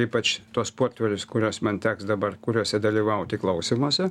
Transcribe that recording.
ypač tuos portfelius kuriuos man teks dabar kuriuose dalyvauti klausymuose